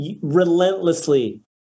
relentlessly